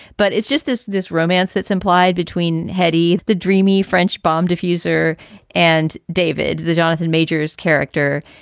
but it's just this this romance that's implied between heddy, the dreamy french bomb diffuser and david the jonathan meijers character.